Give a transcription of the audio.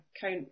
count